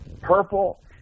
purple